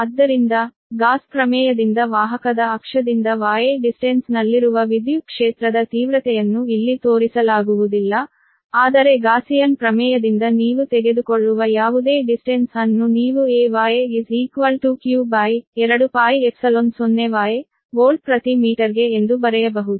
ಆದ್ದರಿಂದ ಗಾಸ್ ಪ್ರಮೇಯದಿಂದ ವಾಹಕದ ಅಕ್ಷದಿಂದ y ದೂರದಲ್ಲಿರುವ ವಿದ್ಯುತ್ ಕ್ಷೇತ್ರದ ತೀವ್ರತೆಯನ್ನು ಇಲ್ಲಿ ತೋರಿಸಲಾಗುವುದಿಲ್ಲ ಆದರೆ ಗಾಸಿಯನ್ ಪ್ರಮೇಯದಿಂದ ನೀವು ತೆಗೆದುಕೊಳ್ಳುವ ಯಾವುದೇ ದೂರವನ್ನು ನೀವು E yq2πϵ 0 yವೋಲ್ಟ್ ಪ್ರತಿ ಮೀಟರ್ಗೆ ಎಂದು ಬರೆಯಬಹುದು